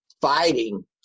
fighting